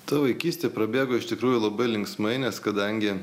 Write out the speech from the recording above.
ta vaikystė prabėgo iš tikrųjų labai linksmai nes kadangi